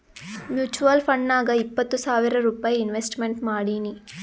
mutual ಫಂಡ್ನಾಗ್ ಇಪ್ಪತ್ತು ಸಾವಿರ್ ರೂಪೈ ಇನ್ವೆಸ್ಟ್ಮೆಂಟ್ ಮಾಡೀನಿ